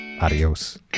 Adios